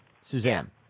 Suzanne